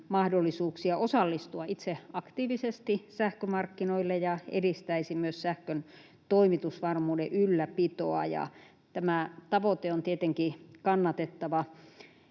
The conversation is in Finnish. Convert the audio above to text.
mahdollisuuksia osallistua itse aktiivisesti sähkömarkkinoille ja edistäisi myös sähkön toimitusvarmuuden ylläpitoa, ja tämä tavoite on tietenkin kannatettava.